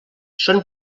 són